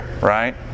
right